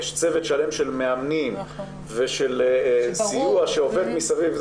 יש צוות שלם של מאמנים ושל סיוע שעובד מסביב.